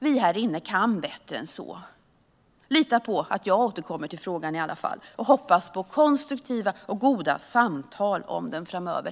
Vi här inne kan bättre än så. Lita på att i alla fall jag återkommer till frågan. Jag hoppas på konstruktiva och goda samtal om den framöver.